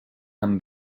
amb